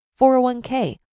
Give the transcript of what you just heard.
401k